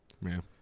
Man